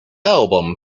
album